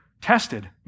tested